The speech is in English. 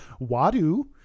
wadu